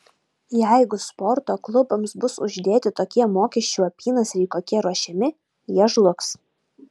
jeigu sporto klubams bus uždėti tokie mokesčių apynasriai kokie ruošiami jie žlugs